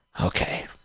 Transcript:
Okay